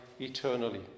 eternally